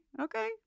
Okay